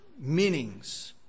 meanings